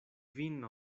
vin